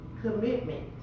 commitment